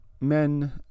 Men